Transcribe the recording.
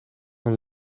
een